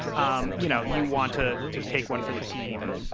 um you know, you want to to take one for the team,